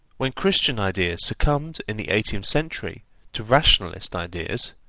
when christian ideas succumbed in the eighteenth century to rationalist ideas,